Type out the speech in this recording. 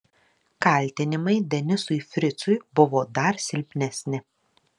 kaltinimai denisui fricui buvo dar silpnesni